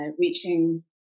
reaching